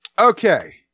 Okay